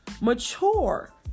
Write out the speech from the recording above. Mature